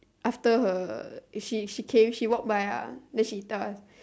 after her she she came she walked by ah then she tell us